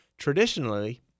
Traditionally